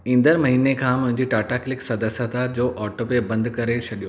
ईंदड़ महिने खां मुंहिंजे टाटा क्लिक सदस्यता जो ऑटोपे बंद करे छॾियो